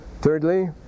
thirdly